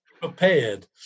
prepared